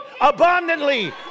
abundantly